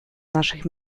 наших